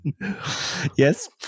Yes